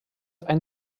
ein